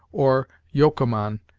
or yocommon,